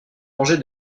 manger